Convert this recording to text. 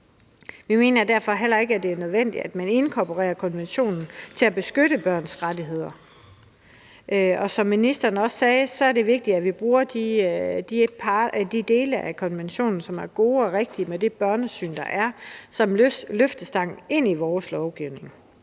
Vi mener derfor heller ikke, at det er nødvendigt, at man inkorporerer konventionen for at beskytte børns rettigheder. Som ministeren også sagde, er det vigtigt, at vi bruger de dele af konventionen, som er gode og rigtige med det børnesyn, der er, som løftestang for vores lovgivning.